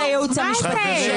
מה זה?